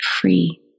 Free